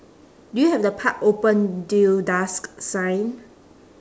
do you have the park open till dusk sign